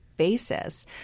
basis